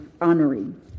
honoring